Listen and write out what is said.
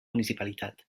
municipalitat